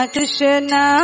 Krishna